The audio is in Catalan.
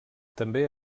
també